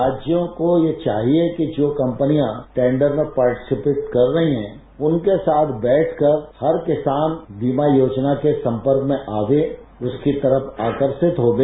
राज्यों को ये चाहिए कि जो कंपनियां टेंडर में पार्टिसिपेट कर रही हैं उनके साथ बैठकर हर किसान बीमा योजना के सम्पर्क में आरे उसकी तरफ आकर्षित होते